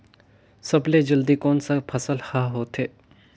सबले जल्दी कोन सा फसल ह होथे?